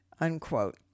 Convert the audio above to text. unquote